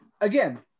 again